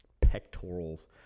pectorals